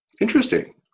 Interesting